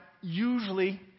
usually